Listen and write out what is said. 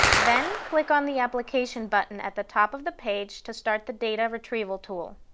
then, click on the application button at the top of the page to start the data retrieval tool.